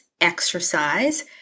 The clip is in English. exercise